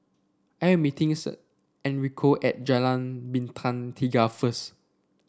I am meeting Enrico at Jalan Bintang Tiga first